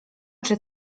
czy